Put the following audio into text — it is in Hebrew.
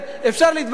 אפשר להתווכח,